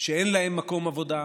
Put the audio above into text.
שאין להם מקום עבודה,